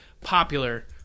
popular